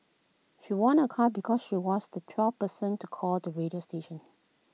she won A car because she was the twelfth person to call the radio station